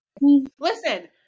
Listen